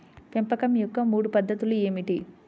పెంపకం యొక్క మూడు పద్ధతులు ఏమిటీ?